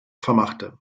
vermachte